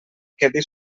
quedi